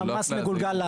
מס מגולגל,